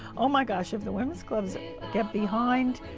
oh my gosh, if the women's clubs get behind